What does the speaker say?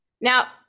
Now